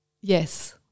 Yes